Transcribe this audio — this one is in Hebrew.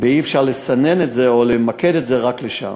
ואי-אפשר לסנן את זה או למקד את זה רק לשם.